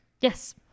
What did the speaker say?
Yes